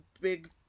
big